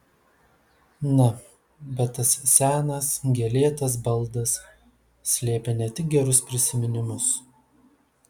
na bet tas senas gėlėtas baldas slėpė ne tik gerus prisiminimus